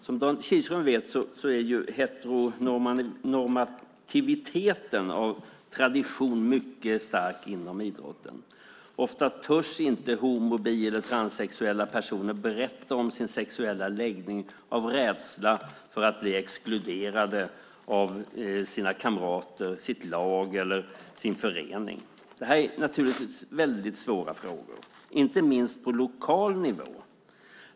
Som Dan Kihlström vet är heteronormativiteten av tradition mycket stark inom idrotten. Ofta törs inte homo-, bi eller transsexuella personer berätta om sin sexuella läggning av rädsla för att bli exkluderade av sina kamrater, sitt lag eller sin förening. Det här är naturligtvis väldigt svåra frågor, inte minst på lokal nivå.